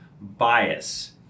bias